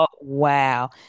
Wow